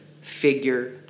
figure